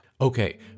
Okay